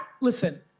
listen